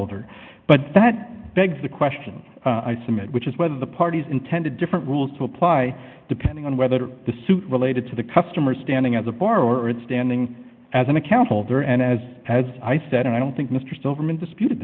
holder but that begs the question i submit which is whether the parties intended different rules to apply depending on whether the suit related to the customer standing at the bar or its standing as an account holder and as far as i said i don't think mr silverman disputed